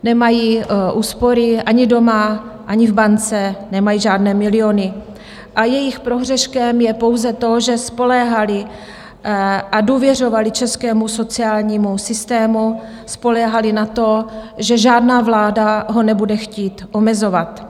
Nemají úspory ani doma, ani v bance, nemají žádné miliony, a jejich prohřeškem je pouze to, že důvěřovali českému sociálnímu systému, spoléhali na to, že žádná vláda ho nebude chtít omezovat.